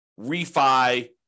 refi